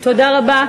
תודה רבה.